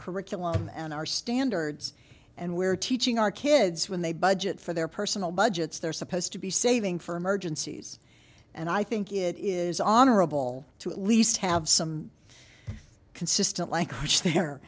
curriculum and our standards and we're teaching our kids when they budget for their personal budgets they're supposed to be saving for emergencies and i think it is honorable to at least have some consistent